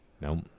Nope